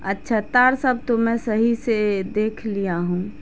اچھا تار سب تو میں صحیح سے دیکھ لیا ہوں